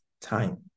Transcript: time